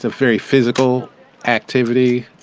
ah very physical activity.